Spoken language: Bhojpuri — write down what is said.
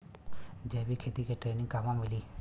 जैविक खेती के ट्रेनिग कहवा मिली?